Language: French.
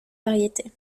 variété